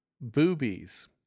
boobies